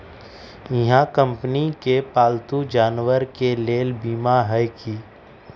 इहा कंपनी में पालतू जानवर के लेल बीमा हए कि?